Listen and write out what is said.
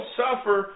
suffer